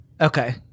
Okay